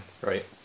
Right